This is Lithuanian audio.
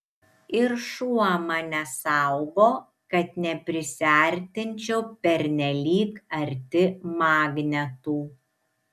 ir šuo mane saugo kad neprisiartinčiau pernelyg arti magnetų